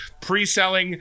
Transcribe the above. pre-selling